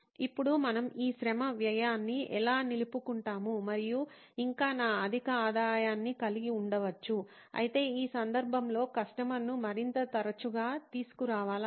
ఇప్పుడు మనము ఈ శ్రమ వ్యయాన్ని ఎలా నిలుపుకుంటాము మరియు ఇంకా నా అధిక ఆదాయాన్ని కలిగి ఉండవచ్చు అయితే ఈ సందర్భంలో కస్టమర్ను మరింత తరచుగా తీసుకురావాలా